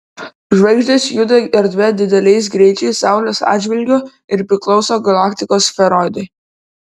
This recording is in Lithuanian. žvaigždės juda erdve dideliais greičiais saulės atžvilgiu ir priklauso galaktikos sferoidui